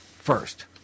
First